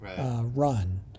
run